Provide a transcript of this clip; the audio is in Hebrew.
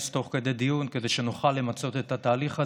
תוך כדי דיון כדי שנוכל למצות את התהליך הזה.